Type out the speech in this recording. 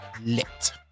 lit